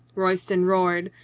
royston roared,